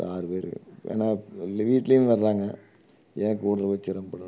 ஆறு பேர் ஏன்னா இல்ல வீட்லையும் வர்றாங்க ஏன் கூடுதல் சிரமப்படனுன்ட்டு தான்